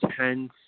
tense